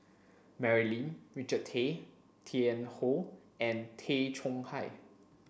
Mary Lim Richard Tay Tian Hoe and Tay Chong Hai